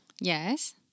Yes